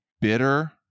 bitter